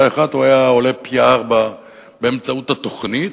אחד עלתה פי-ארבעה באמצעות התוכנית.